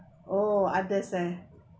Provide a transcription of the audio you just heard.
oh others ah